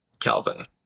Calvin